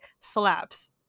slaps